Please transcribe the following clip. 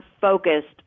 focused